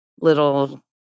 little